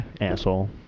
asshole